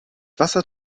wasser